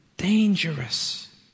Dangerous